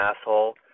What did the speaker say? asshole